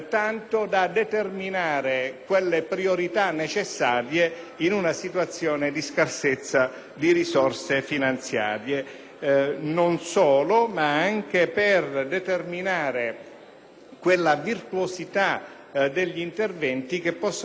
in una situazione di scarsezza di risorse finanziarie; non solo, ma anche per determinare quella virtuosità degli interventi che possono restituire anche benefici in termini di finanza pubblica.